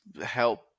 help